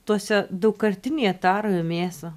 tuose daugkartinėje taroje mėsą